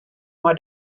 mei